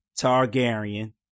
Targaryen